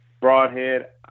broadhead